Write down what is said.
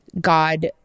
God